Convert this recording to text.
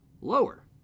lower